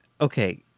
okay